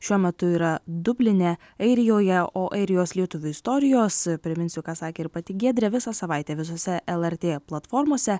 šiuo metu yra dubline airijoje o airijos lietuvių istorijos priminsiu ką sakė ir pati giedrė visą savaitę visose lrt platformose